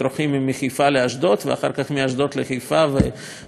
לאשדוד ואחר כך מאשדוד לחיפה וחוזר חלילה,